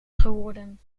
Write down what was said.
geworden